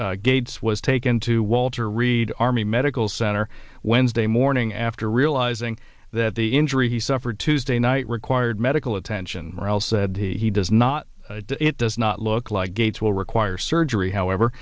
says gates was taken to walter reed army medical center wednesday morning after realizing that the injury he suffered tuesday night required medical attention or else said he does not it does not look like gates will require surgery however